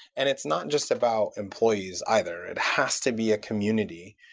and it's not just about employees either. it has to be a community.